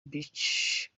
beach